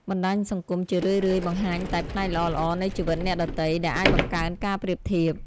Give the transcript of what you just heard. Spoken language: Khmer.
បណ្តាញសង្គមជារឿយៗបង្ហាញតែផ្នែកល្អៗនៃជីវិតអ្នកដទៃ ដែលអាចបង្កើនការប្រៀបធៀប។